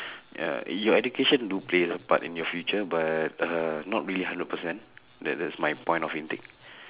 ya your education do play a part in your future but uh not really hundred percent that that's my point of intake